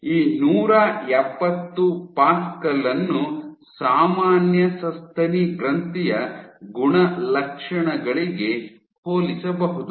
ಈ ನೂರ ಎಪ್ಪತ್ತು ಪ್ಯಾಸ್ಕಲ್ ಅನ್ನು ಸಾಮಾನ್ಯ ಸಸ್ತನಿ ಗ್ರಂಥಿಯ ಗುಣಲಕ್ಷಣಗಳಿಗೆ ಹೋಲಿಸಬಹುದು